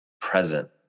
present